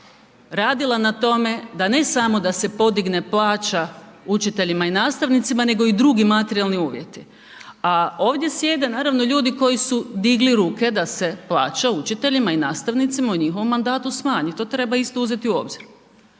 radila na tome da ne samo da se podigne plaća učiteljima i nastavnicima nego i drugi materijalni uvjeti. A ovdje sjede naravno ljudi koji su digli ruke da se plaća učiteljima i nastavnicima u njihovom mandatu smanji, to treba isto uzeti u obzir.